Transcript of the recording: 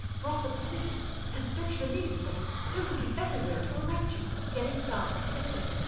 brought the police and searched the meeting place. they're looking everywhere to arrest you. get inside! quickly!